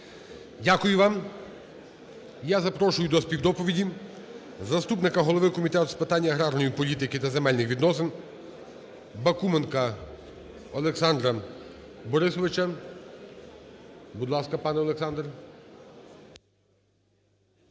Дякую вам. Я запрошую до співдоповіді заступника голови Комітету з питань аграрної політики та земельних відносин Бакуменка Олександра Борисовича. Будь ласка, пане Олександр.